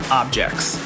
objects